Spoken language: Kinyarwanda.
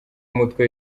umutwe